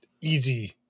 easy